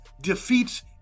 defeats